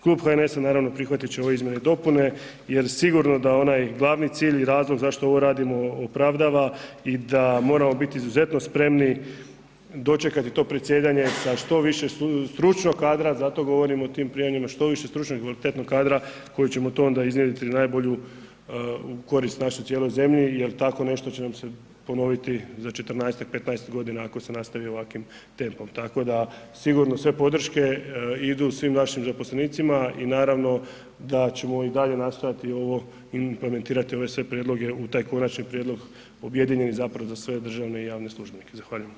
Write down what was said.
Klub HNS-a naravno prihvatit će ove izmjene i dopune jer sigurno da onaj glavni cilj i razlog zašto ovo radimo opravdava i da moramo biti izuzetno spremni dočekati do predsjedanje sa što više stručnog kadra, zato govorim o tim prijemima, što više stručnog i kvalitetnog kadra koji ćemo onda to iznjedriti najbolju korist našoj cijeloj zemlji jer tako nešto će nam se ponoviti za 14-ak, 15-ak godina ako se nastavi ovakvim tempom tako da sigurno sve podrške idu svim našim zaposlenicima i naravno da ćemo i dalje nastojati ovo implementirati ove sve prijedloge u taj konačni prijedloga objedinjeni zapravo za sve državne i javne službenike, zahvaljujem.